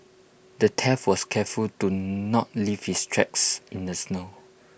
the thief was careful to not leave his tracks in the snow